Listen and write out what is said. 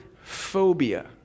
phobia